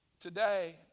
Today